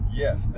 yes